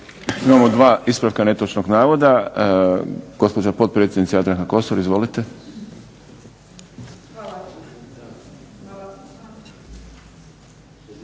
Imamo dva ispravka netočnih navoda. Gospođa potpredsjednica Jadranka Kosor. Izvolite.